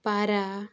ପାରା